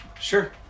Sure